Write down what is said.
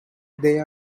they